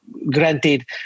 granted